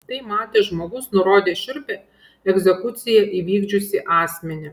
tai matęs žmogus nurodė šiurpią egzekuciją įvykdžiusį asmenį